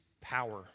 power